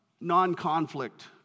non-conflict